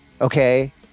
Okay